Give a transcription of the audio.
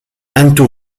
أنتم